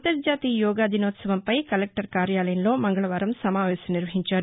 అంతర్జాతీయ యోగా దినోత్సవంపై కలెక్లర్ కార్యాలయంలో మంగళవారం సమావేశం నిర్వహించారు